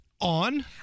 On